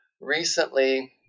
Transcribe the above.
recently